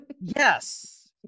Yes